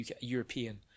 European